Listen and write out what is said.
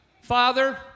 Father